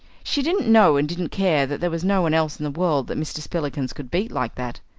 she didn't know and didn't care that there was no one else in the world that mr. spillikins could beat like that.